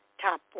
top